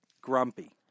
grumpy